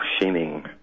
shaming